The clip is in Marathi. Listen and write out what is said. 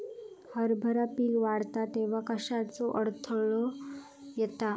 हरभरा पीक वाढता तेव्हा कश्याचो अडथलो येता?